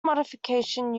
modification